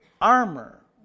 armor